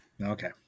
Okay